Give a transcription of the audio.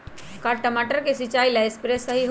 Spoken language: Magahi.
का टमाटर के सिचाई ला सप्रे सही होई?